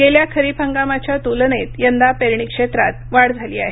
गेल्या खरीप हंगामाच्या तुलनेत यंदा पेरणी क्षेत्रात वाढ झाली आहे